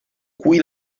qui